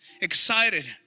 excited